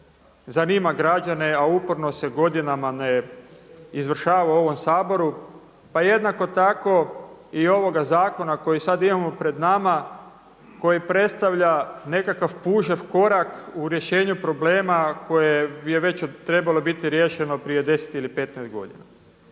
zanima građane, a uporno se godinama ne izvršava u ovom Saboru, pa jednak tako i ovoga zakona koji sada imamo pred nama koji predstavlja nekakva pužev korak u rješenju problema koje je već trebalo biti riješeno prije 10 ili 15 godina.